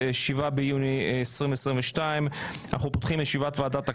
7 ביוני 2022. אנחנו פותחים את ישיבת ועדת הכנסת.